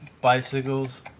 bicycles